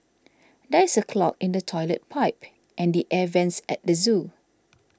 there is a clog in the Toilet Pipe and the Air Vents at the zoo